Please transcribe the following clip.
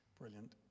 Brilliant